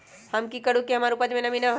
हम की करू की हमार उपज में नमी होए?